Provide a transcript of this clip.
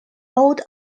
old